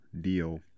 deal